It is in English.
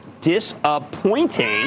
disappointing